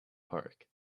park